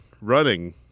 running